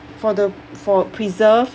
for the for preserved